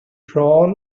drawn